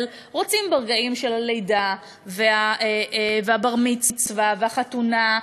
רוצים ברגעים של הלידה והבר-מצווה והחתונה,